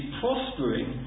prospering